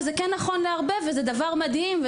אבל זה כן להרבה וזה דבר מדהים.